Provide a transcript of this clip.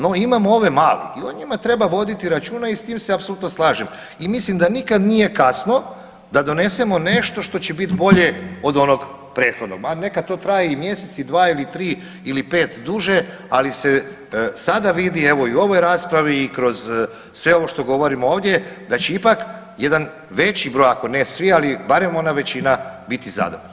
No, imamo ove male i o njima treba voditi računa i s tim se apsolutno slažem i mislim da nikada nije kasno da donesemo nešto što će biti bolje od onog prethodnog, ma neka to traje i mjesec, i dva, ili tri, ili pet duže ali se sada vidi evo i u ovoj raspravi i kroz sve ovo što govorimo ovdje da će ipak jedan veći broj, ako ne svi ali barem ona većina biti zadovoljna.